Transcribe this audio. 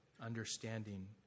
understanding